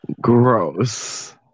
Gross